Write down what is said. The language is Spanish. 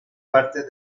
partes